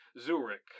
Zurich